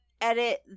edit